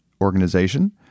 organization